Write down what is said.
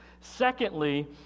Secondly